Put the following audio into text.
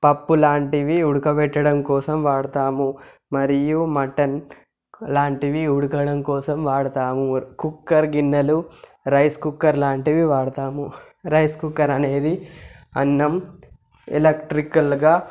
పప్పు లాంటివి ఉడకబెట్టడం కోసం వాడతాము మరియు మటన్ లాంటివి ఉడకడం కోసం వాడతాము కుక్కర్ గిన్నెలు రైస్ కుక్కర్ ఇలాంటివి వాడతాము రైస్ కుక్కర్ అనేది అన్నం ఎలక్ట్రికల్గా